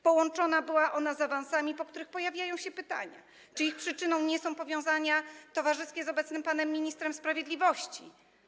Połączona była ona z awansami, po których pojawia się pytanie: Czy ich przyczyną nie są powiązania towarzyskie z obecnym panem ministrem sprawiedliwości?